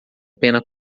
pena